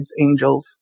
angels